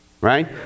Right